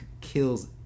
kills